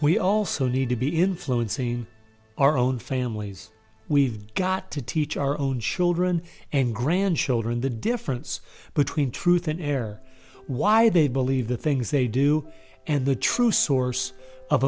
we also need to be influencing our own families we've got to teach our own children and grandchildren the difference between truth in air why they believe the things they do and the true source of